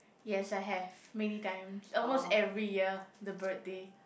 yes I have many times almost every year the birthday